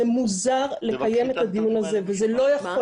זה מוזר לקיים את הדיון הזה וזה לא יכול